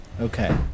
Okay